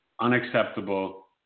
unacceptable